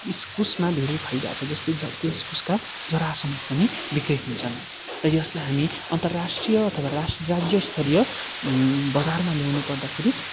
इस्कुसमा धेरै फाइदा छ जस्तै जति इस्कुसका जरासमेत पनि बिक्री हुन्छन् र यसलाई हामी अन्तराष्ट्रिय अथवा राज्यस्तरीय बजारमा ल्याउनु पर्दाखेरि